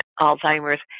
Alzheimer's